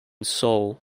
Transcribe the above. seoul